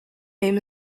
name